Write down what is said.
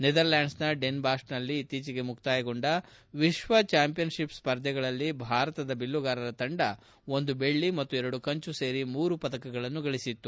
ನೆದರ್ಲ್ಯಾಂಡ್ಸ್ನ Den ಬಾಷ್ನಲ್ಲಿ ಇತ್ತಿಚೆಗೆ ಮುಕ್ತಾಯಗೊಂಡ ವಿಶ್ವಚಾಂಪಿಯನ್ಶಿಪ್ ಸ್ಪರ್ಧೆಗಳಲ್ಲಿ ಭಾರತದ ಬಿಲ್ಲುಗಾರರ ತಂಡ ಒಂದು ಬೆಳ್ಳಿ ಮತ್ತು ಎರಡು ಕಂಚು ಸೇರಿ ಮೂರು ಪದಕಗಳನ್ನು ಗಳಿಸಿತ್ತು